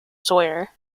sawyer